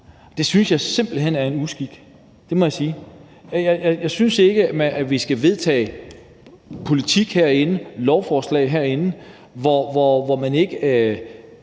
Det synes jeg simpelt hen er en uskik. Det må jeg sige. Jeg synes ikke, at vi skal vedtage lovforslag herinde, hvor man ikke